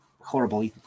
horrible